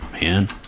man